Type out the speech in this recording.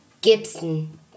Gibson